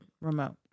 remote